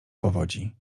powodzi